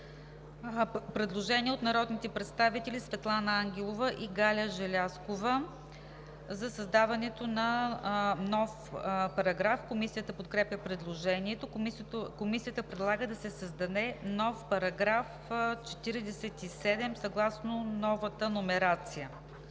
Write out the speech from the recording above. Предложение от народните представители Светлана Ангелова и Галя Желязкова за създаването на нов параграф. Комисията подкрепя предложението. Комисията предлага да се създаде нов § 47 съгласно новата номерация: